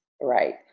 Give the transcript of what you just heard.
right